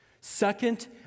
second